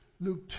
Luke